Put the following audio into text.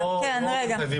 זה לא מחייב.